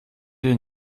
den